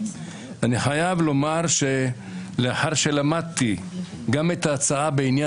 אני חייב לומר שלאחר שלמדתי גם את ההצעה בעניין